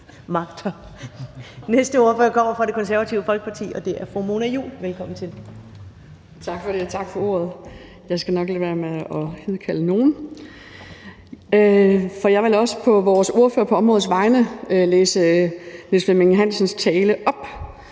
Næste ordfører kommer fra Det Konservative Folkeparti, og det er fru Mona Juul. Velkommen til. Kl. 13:48 (Ordfører) Mona Juul (KF): Tak for det, og tak for ordet. Jeg skal nok lade være med at hidkalde nogen. For jeg vil også på vores ordfører på området, Niels Flemming Hansens vegne